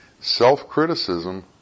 Self-criticism